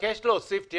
מודיע לפרוטוקול